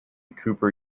cooper